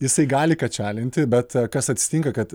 jisai gali kačialinti bet kas atsitinka kad